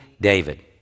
David